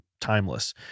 timeless